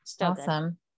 awesome